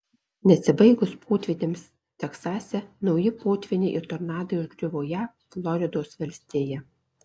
nesibaigus potvyniams teksase nauji potvyniai ir tornadai užgriuvo jav floridos valstiją